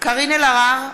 קארין אלהרר,